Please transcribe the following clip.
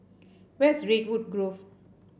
where's Redwood Grove